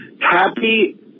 Happy